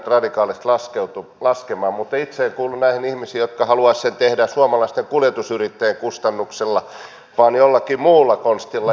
mutta itse en kuulu näihin ihmisiin jotka haluaisivat sen tehdä suomalaisten kuljetusyrittäjien kustannuksella vaan jollakin muulla konstilla